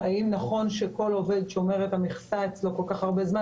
אם נכון שכל עובד שומר את המכסה אצלו כל כך הרבה זמן,